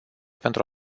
pentru